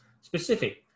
Specific